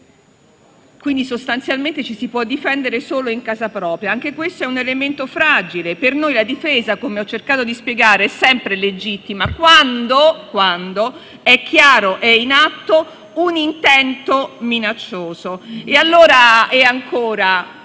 quindi, sostanzialmente, ci si può difendere solo in casa propria. Anche questo è un elemento fragile: per noi la difesa - come ho cercato di spiegare - è sempre legittima quando, ovviamente, è in atto un intento minaccioso. Oggetto di un